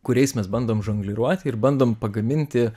kuriais mes bandom žongliruoti ir bandom pagaminti